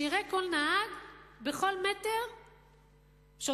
שיראה כל נהג בכל מטר שוטר.